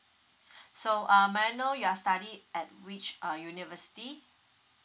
so um may I know you are study at which uh university